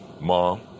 mom